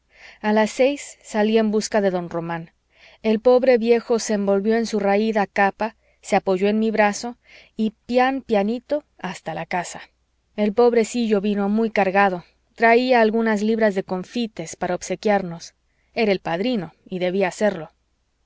a las seis salí en busca de don román el pobre viejo se envolvió en su raída capa se apoyó en mi brazo y pian pianito hasta la casa el pobrecillo vino muy cargado traía algunas libras de confites para obsequiarnos era el padrino y debía hacerlo